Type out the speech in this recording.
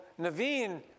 Naveen